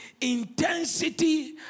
intensity